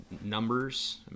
numbers